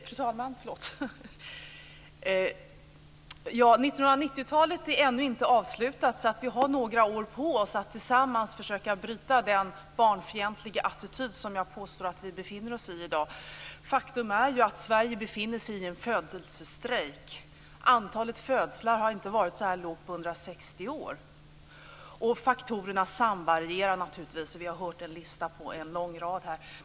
Fru talman! 1990-talet är ännu inte avslutat, så vi har några år på oss att tillsammans försöka bryta den barnfientliga attityd som jag påstår att vi intar i dag. Faktum är att det i Sverige pågår en födelsestrejk. Antalet födslar har inte varit så här lågt på 160 år. Faktorerna samvarierar naturligtvis, vi har hört en lång lista föredras.